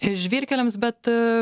žvyrkeliams bet